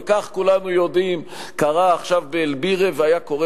וכך כולנו יודעים קרה עכשיו באל-בירה והיה קורה